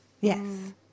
Yes